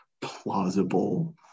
plausible